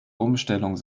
umstellung